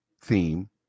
theme